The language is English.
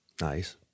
Nice